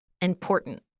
important